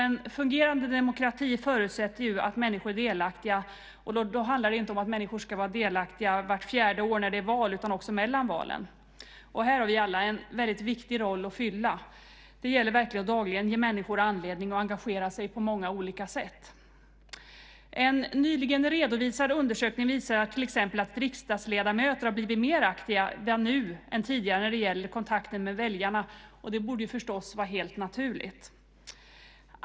En fungerande demokrati förutsätter ju att människor är delaktiga, och då handlar det inte om att människor ska vara delaktiga vart fjärde år, när det är val, utan också mellan valen. Här har vi alla en väldigt viktig roll att fylla. Det gäller verkligen att dagligen ge människor anledning att engagera sig på många olika sätt. En nyligen redovisad undersökning visar till exempel att riksdagsledamöter blivit mer aktiva nu än tidigare när det gäller kontakten med väljarna, och det borde förstås vara helt naturligt.